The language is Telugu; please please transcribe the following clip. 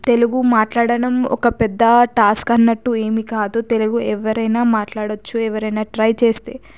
తెలుగు మాట్లాడడం ఒక పెద్ద టాస్క్ అన్నట్టు ఏమీ కాదు తెలుగు ఎవరైనా మాట్లాడవచ్చు ఎవరైనా ట్రై చేస్తే